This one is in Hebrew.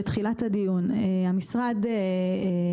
עצם ההפיכה שלו למשרד חדשנות,